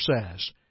says